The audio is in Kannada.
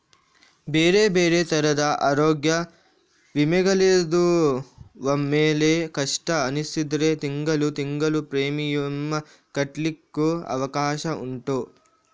ಬೇರೆ ಬೇರೆ ತರದ ಅರೋಗ್ಯ ವಿಮೆಗಳಿದ್ದು ಒಮ್ಮೆಲೇ ಕಷ್ಟ ಅನಿಸಿದ್ರೆ ತಿಂಗಳು ತಿಂಗಳು ಪ್ರೀಮಿಯಂ ಕಟ್ಲಿಕ್ಕು ಅವಕಾಶ ಉಂಟು